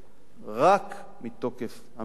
רק מתוקף עמידה על זכות.